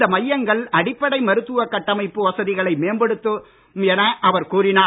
இந்த மையங்கள் அடிப்படை மருத்துவ கட்டமைப்பு வசதிகளை மேம்படுத்தும் என அவர் கூறினார்